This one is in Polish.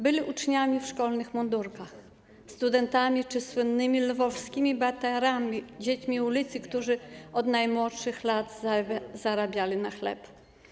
Byli uczniami w szkolnych mundurkach, studentami czy słynnymi lwowskimi batiarami, dziećmi ulicy, które od najmłodszych lat zarabiały na chleb.